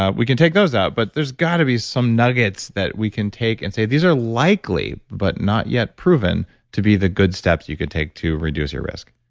ah we can take those out. but there's got to be some nuggets that we can take and say, these are likely, but not yet proven to be the good steps you could take to reduce your risk.